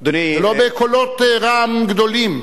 ולא בקולות רעם גדולים.